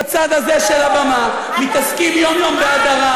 שיושבים בצד הזה של הבמה מתעסקים יום-יום בהדרה.